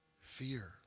Fear